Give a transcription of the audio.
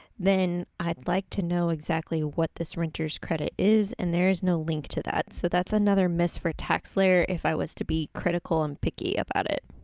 then i'd like to know exactly what this renter's credit is, and there is no link to that. so, that's another miss for taxslayer if i was to be critical and picky about it.